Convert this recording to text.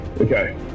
Okay